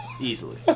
Easily